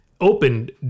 opened